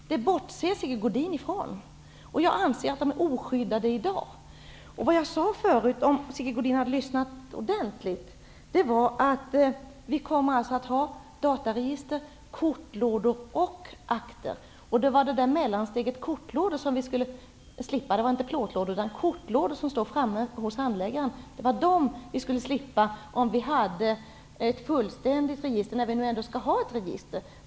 Det bortser Sigge Godin ifrån. Jag anser att de är oskyddade i dag. Om Sigge Godin hade lyssnat ordentligt hade han hört att jag sade att vi kommer att ha dataregister, kortlådor och akter. Det var mellansteget kortlådor som jag ville att vi skulle slippa. Alltså inte plåtlådor, utan kortlådor som står framme hos handläggarna. Det var dem vi skulle slippa ifall vi hade ett fullständigt dataregister, när vi nu ändå skall ha ett sådant register.